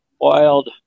wild